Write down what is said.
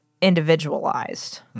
individualized